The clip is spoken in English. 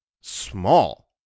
small